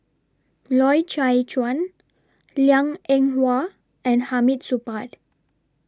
Loy Chye Chuan Liang Eng Hwa and Hamid Supaat